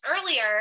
earlier